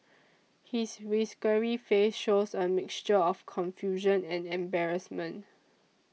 his whiskery face shows a mixture of confusion and embarrassment